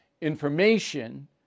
information